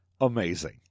amazing